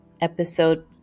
episode